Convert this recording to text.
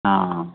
हँ